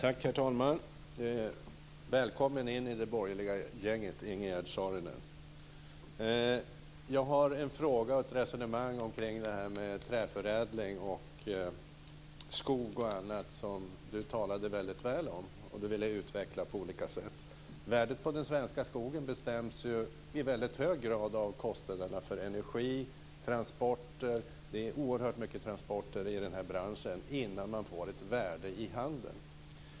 Herr talman! Välkommen in i det borgerliga gänget, Ingegerd Saarinen! Jag har en fråga och ett resonemang kring detta med träförädling, skog och annat som Ingegerd Saarinen talade väldigt väl om och ville utveckla på olika sätt. Värdet på den svenska skogen bestäms i väldigt hög grad av kostnaderna för energi och transporter - det är oerhört mycket transporter i den här branschen - innan man får ett värde i handen.